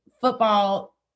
football